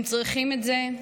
הם צריכים את זה.